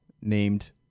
named